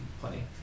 plenty